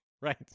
Right